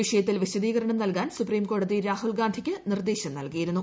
വിഷയത്തിൽ വിശദീകരണം നൽകാൻ സുപ്രീംകോടതി രാഹുൽഗാന്ധിക്ക് നിർദ്ദേശം നൽകിയിരുന്നു